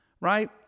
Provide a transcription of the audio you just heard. Right